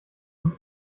und